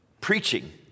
preaching